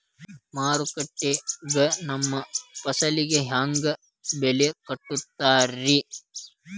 ಮಾರುಕಟ್ಟೆ ಗ ನಮ್ಮ ಫಸಲಿಗೆ ಹೆಂಗ್ ಬೆಲೆ ಕಟ್ಟುತ್ತಾರ ರಿ?